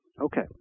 Okay